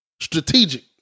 strategic